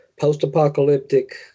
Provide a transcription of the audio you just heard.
post-apocalyptic